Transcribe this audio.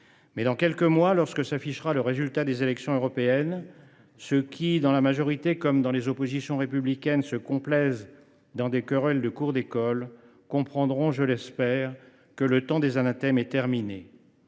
Dans quelques mois, lorsque s’affichera le résultat des élections européennes, ceux qui, dans la majorité comme dans les oppositions républicaines, se complaisent dans des querelles de cour d’école, comprendront – je l’espère – que le temps des anathèmes est terminé.